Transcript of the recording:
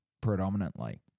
predominantly